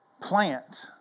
plant